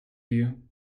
you